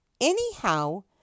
Anyhow